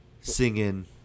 singing